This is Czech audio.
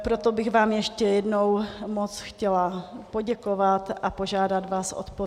Proto bych vám ještě jednou chtěla moc poděkovat a požádat vás o podporu.